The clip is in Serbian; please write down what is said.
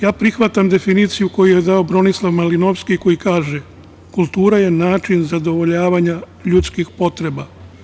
Ja prihvatam definiciju koju je dao Bronislav Malinovski, koji kaže - kultura je način zadovoljavanja ljudskih potreba.